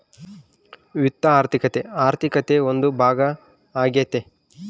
ವಿತ್ತ ಆರ್ಥಿಕತೆ ಆರ್ಥಿಕತೆ ಒಂದು ಭಾಗ ಆಗ್ಯತೆ